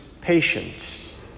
patience